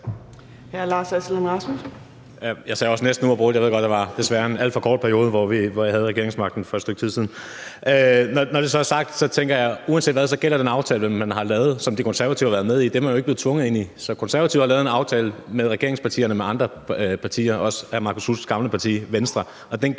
Lars Aslan Rasmussen (S): Jeg sagde også »næsten uafbrudt«. Jeg ved godt, at der var en desværre alt for kort periode, hvor vi havde regeringsmagten for et stykke tid siden. Når det så er sagt, tænker jeg, at uanset hvad gælder den aftale, man har lavet, vel, og som De Konservative har været med i. Det er man jo ikke blevet tvunget ind i. Konservative har lavet en aftale med regeringen og med andre partier, også hr. Marcus Knuths gamle parti, Venstre,